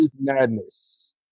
Madness